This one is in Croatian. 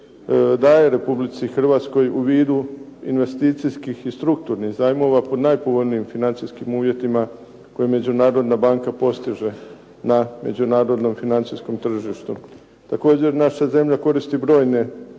daje Republici Hrvatskoj u vidu investicijskih i strukturnih zajmova po najpovoljnijim financijskim uvjetima koje Međunarodna banka postiže na međunarodnom financijskom tržištu. Također naša zemlja koristi brojne